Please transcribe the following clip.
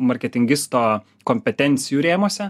marketingisto kompetencijų rėmuose